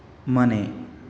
ಮನೆ